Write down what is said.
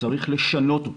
צריך לשנות אותם,